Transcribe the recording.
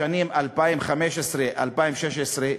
לשנים 2015 2016,